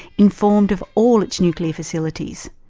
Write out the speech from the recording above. informed of all its nuclear facilities.